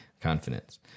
Confidence